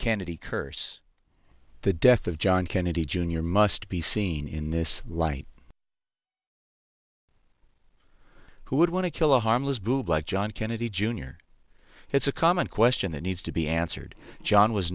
kennedy curse the death of john kennedy jr must be seen in this light who would want to kill a harmless boob like john kennedy jr that's a common question that needs to be answered john was